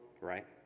Right